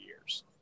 years